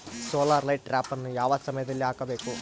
Solar light ಟ್ರಾಪನ್ನು ಯಾವ ಸಮಯದಲ್ಲಿ ಹಾಕಬೇಕು?